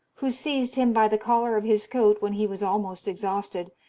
who seized him by the collar of his coat when he was almost exhausted,